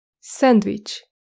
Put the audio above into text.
Sandwich